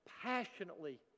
passionately